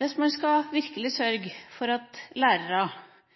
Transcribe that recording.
Hvis man virkelig skal sørge for at lærere